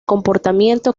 comportamiento